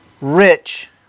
rich